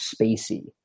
spacey